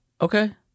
Okay